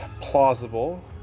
plausible